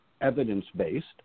evidence-based